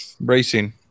racing